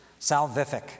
salvific